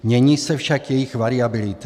Mění se však jejich variabilita.